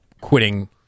quitting